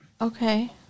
Okay